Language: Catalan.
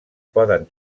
poden